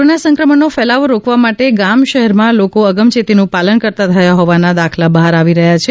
corona સંક્રમણનો ફેલાવો રોકવા માટે ગામ શહેરમાં લોકો અગમચેતીનું પાલન કરતાં થયા હોવાના દાખલા બહાર આવી રહ્યા છે